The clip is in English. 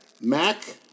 Mac